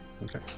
Okay